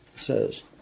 says